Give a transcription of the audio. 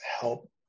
help